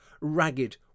ragged